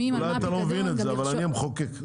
אולי אתה לא מבין את זה אבל אני המחוקק ולא בית המשפט.